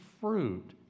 fruit